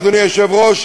אדוני היושב-ראש,